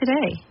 today